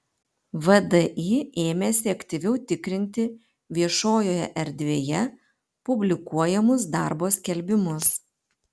vdi ėmėsi aktyviau tikrinti viešojoje erdvėje publikuojamus darbo skelbimus